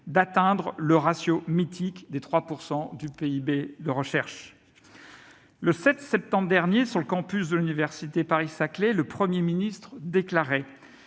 d'atteindre le ratio mythique des 3 % du PIB pour la recherche. Le 7 septembre dernier, sur le campus de l'Université Paris-Saclay, le Premier ministre déclarait